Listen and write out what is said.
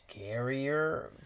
scarier